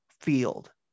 field